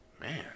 Man